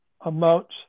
amounts